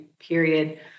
period